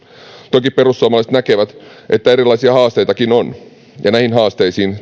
toki perussuomalaiset näkevät että erilaisia haasteitakin on ja näihin haasteisiin